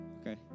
Okay